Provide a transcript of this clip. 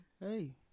Hey